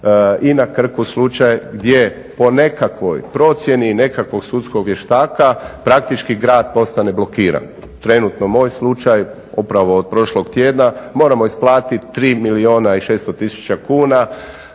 i na Krku slučaj gdje po nekakvoj procjeni nekakvog sudskog vještaka praktički grad postane blokiran. Trenutno moj slučaj upravo od prošlog tjedna moramo isplatiti 3 milijuna i 600 tisuća kuna